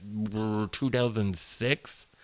2006